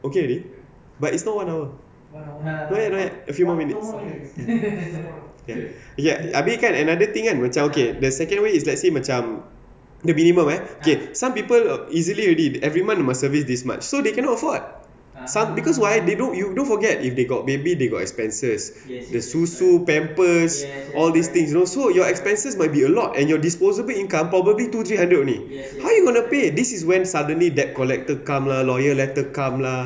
okay already but it's not one hour not yet not yet a few more minutes okay okay habis kan another thing kan macam the second way let's say macam the minimum eh some people easily already every month must service this much so they cannot afford some because why they don't you don't forget if they got baby they got expenses the susu pampers all these things you know so your expenses might be a lot and your disposable income probably to three hundred only how you gonna pay this is when suddenly debt collector come lah lawyer letter come lah